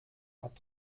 hat